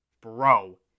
Bro